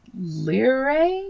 lire